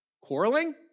quarreling